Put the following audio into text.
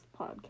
podcast